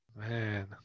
Man